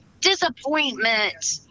disappointment